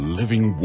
living